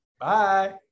Bye